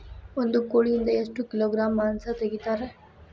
ಒಂದು ಕೋಳಿಯಿಂದ ಎಷ್ಟು ಕಿಲೋಗ್ರಾಂ ಮಾಂಸ ತೆಗಿತಾರ?